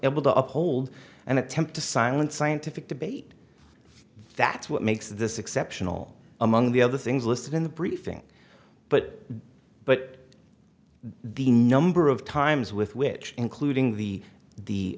able to uphold and attempt to silence scientific debate that's what makes this exceptional among the other things listed in the briefing but but the number of times with which including the